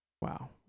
Wow